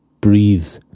Breathe